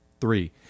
three